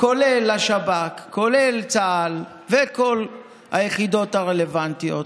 כולל השב"כ, כולל צה"ל וכל היחידות הרלוונטיות,